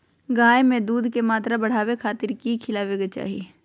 गाय में दूध के मात्रा बढ़ावे खातिर कि खिलावे के चाही?